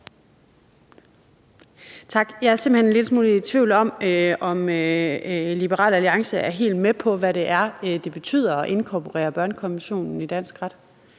lille smule i tvivl om, om Liberal Alliance er helt med på, hvad det er, det betyder at inkorporere børnekonventionen i dansk ret.